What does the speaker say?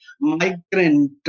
migrant